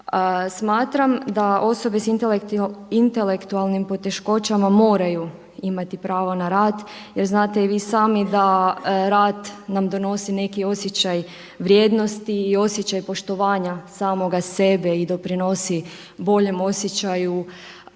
Smatram da osobe s intelektualnim poteškoćama moraju imati pravo na rad jer znate i vi sami da nam rad donosi neki osjećaj vrijednosti, osjećaj poštovanja samoga sebe i doprinosi boljem osjećaju